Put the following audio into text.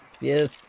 Yes